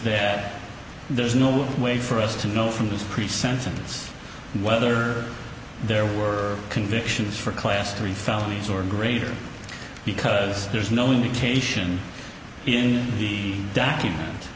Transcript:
that there's no way for us to know from the pre sentence whether there were convictions for class three felonies or greater because there's no indication in the document